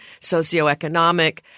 socioeconomic